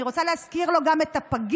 אני רוצה להזכיר לו גם את הפגים.